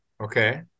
Okay